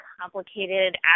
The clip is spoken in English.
complicated